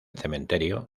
cementerio